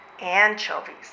anchovies